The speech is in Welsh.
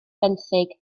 benthyg